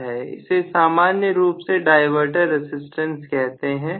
इसे सामान्य रूप से डायवर्टर रेसिस्टेंस कहते हैं